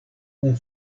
kun